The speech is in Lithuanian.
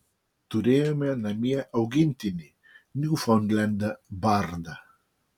turėjome namie augintinį niufaundlendą bardą